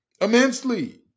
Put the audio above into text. immensely